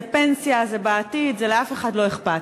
זה פנסיה, זה בעתיד, לאף אחד לא אכפת.